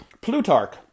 Plutarch